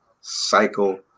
cycle